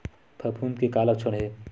फफूंद के का लक्षण हे?